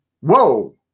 whoa